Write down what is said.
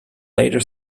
later